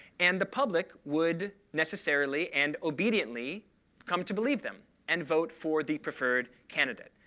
and the public would necessarily and obediently come to believe them and vote for the preferred candidate.